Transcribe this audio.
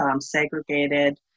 segregated